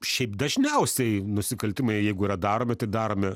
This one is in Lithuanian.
šiaip dažniausiai nusikaltimai jeigu yra daromi tai daromi